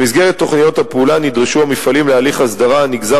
במסגרת תוכניות הפעולה נדרשו המפעלים להליך הסדרה הנגזר